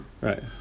Right